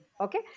okay